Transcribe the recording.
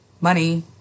Money